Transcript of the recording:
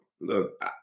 look